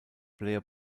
player